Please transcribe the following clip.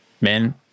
men